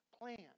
plan